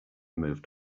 moved